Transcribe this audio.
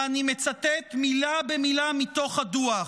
ואני מצטט מילה במילה מתוך הדוח: